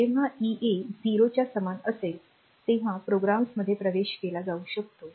जेव्हा EA 0 च्या समान असेल तेव्हा प्रोग्राम्समध्ये प्रवेश केला जाऊ शकतो